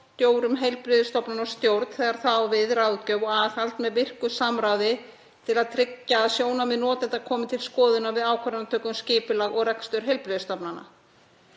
forstjórum heilbrigðisstofnunar, og stjórn þegar það á við, ráðgjöf og aðhald með virku samráði til að tryggja að sjónarmið notenda komi til skoðunar við ákvarðanatöku um skipulag og rekstur heilbrigðisstofnana.